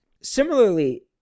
Similarly